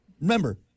remember